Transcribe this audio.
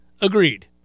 agreed